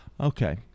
Okay